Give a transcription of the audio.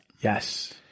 Yes